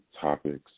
topics